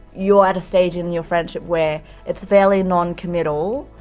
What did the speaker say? you're at a stage in your friendship were it's fairly noncommittal,